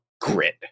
grit